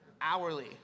hourly